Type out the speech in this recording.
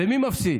מי מפסיד?